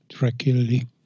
regularly